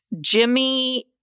jimmy